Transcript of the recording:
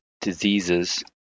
diseases